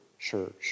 church